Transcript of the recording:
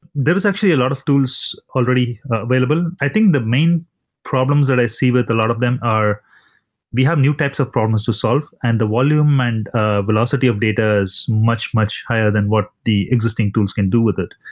there is actually a lot of tools already available. i think the main problems that i see with a lot of them are we have new types of problems to solve and the volume and ah velocity of data is much, much higher than what the existing tools can do with it.